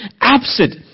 absent